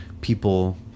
people